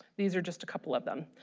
these are just a couple of them.